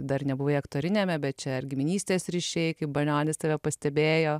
dar nebuvai aktoriniame bet čia ar giminystės ryšiai kaip banionis tave pastebėjo